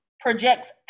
projects